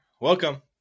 Welcome